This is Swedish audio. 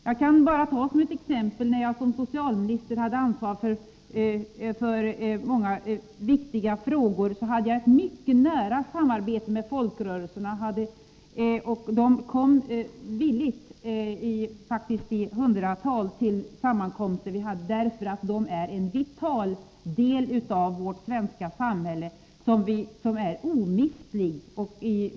Jag kan som exempel nämna att när jag som socialminister hade ansvar för många viktiga frågor hade jag ett mycket nära samarbete med folkrörelserna. Företrädare för dessa kom villigt, faktiskt i hundratal, till sammankomster som vi hade. Folkrörelserna är en vital del av vårt svenska samhälle, en del som är omistlig.